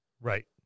Right